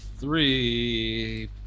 three